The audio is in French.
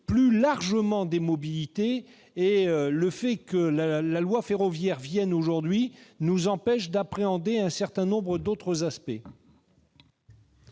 plus largement des mobilités. Or le fait que la loi ferroviaire nous soit présentée aujourd'hui nous empêche d'appréhender un certain nombre d'autres aspects.